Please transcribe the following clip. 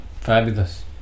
Fabulous